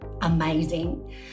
amazing